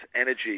energy